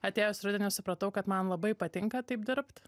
atėjus rudeniui supratau kad man labai patinka taip dirbt